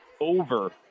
over